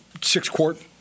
six-quart